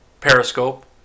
Periscope